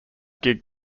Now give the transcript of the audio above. gig